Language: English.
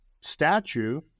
statue